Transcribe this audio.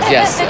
Yes